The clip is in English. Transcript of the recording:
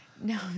No